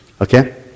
Okay